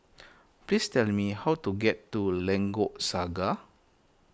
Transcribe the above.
please tell me how to get to Lengkok Saga